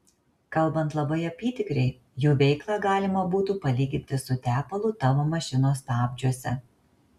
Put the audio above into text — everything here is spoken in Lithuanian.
kalbant labai apytikriai jų veiklą galima būtų palyginti su tepalu tavo mašinos stabdžiuose